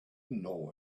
know